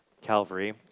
Calvary